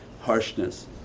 harshness